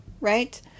right